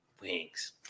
Wings